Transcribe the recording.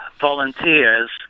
volunteers